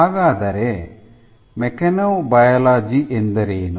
ಹಾಗಾದರೆ ಮೆಕ್ಯಾನೊಬಯಾಲಜಿ ಎಂದರೇನು